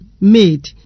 made